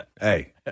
hey